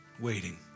waiting